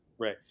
Right